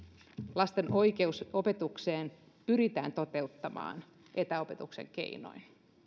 lasten oikeus opetukseen pyritään toteuttamaan etäopetuksen keinoin